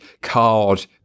card